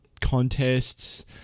contests